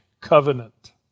covenant